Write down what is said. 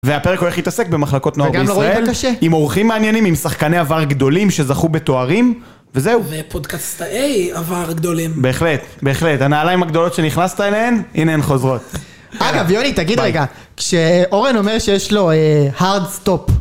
והפרק הולך להתעסק במחלקות נוער בישראל. עם אורחים מעניינים, עם שחקני עבר גדולים שזכו בתוארים, וזהו. ופודקסטאי עבר גדולים. בהחלט, בהחלט, הנעליים הגדולות שנכנסת אליהן? הנה הן חוזרות. אגב, יוני, תגיד רגע, כשאורן אומר שיש לו hard stop...